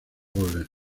goles